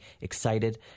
excited